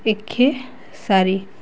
ଏଖେ ସାରି